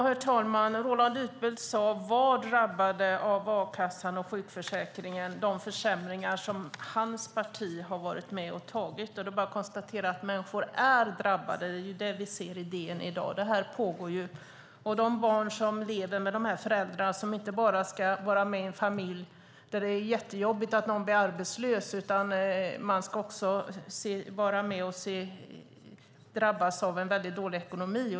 Herr talman! Roland Utbult sade att barn var drabbade av de försämringar i a-kassan och sjukförsäkringen som hans parti var med och beslutade om. Det är bara att konstatera att människor är drabbade. Det kan vi se i DN i dag. Det pågår i dag. De barn som lever med dessa föräldrar ska inte bara vara med i en familj där det är jättejobbigt att någon är arbetslös. De ska också drabbas av en väldigt dålig ekonomi.